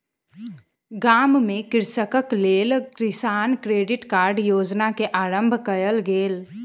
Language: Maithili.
गाम में कृषकक लेल किसान क्रेडिट कार्ड योजना के आरम्भ कयल गेल